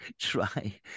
try